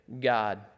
God